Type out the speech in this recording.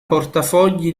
portafogli